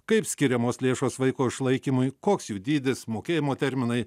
kaip skiriamos lėšos vaiko išlaikymui koks jų dydis mokėjimo terminai